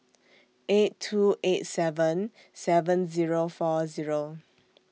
eight two eight seven seven Zero four Zero